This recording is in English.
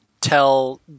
tell